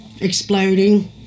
exploding